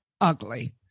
ugly